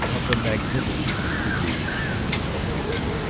of the magnificence to be francisco villa's,